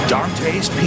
Dante's